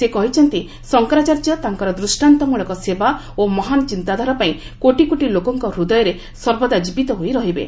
ସେ କହିଛନ୍ତି ଶଙ୍କରାଚାର୍ଯ୍ୟ ତାଙ୍କର ଦୃଷ୍ଟାନ୍ତମଳକ ସେବା ଓ ମହାନ ଚିନ୍ତାଧାରା ପାଇଁ କୋଟିକୋଟି ଲୋକଙ୍କ ହୃଦୟରେ ସର୍ବଦା ଜୀବିତ ହୋଇ ରହିବେ